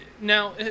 now